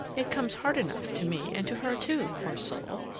it comes hard enough to me and to her, too, poor soul!